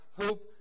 hope